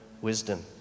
wisdom